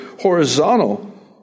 horizontal